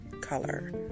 color